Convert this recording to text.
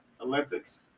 olympics